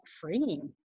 freeing